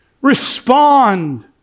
Respond